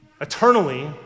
eternally